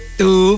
two